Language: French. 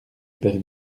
père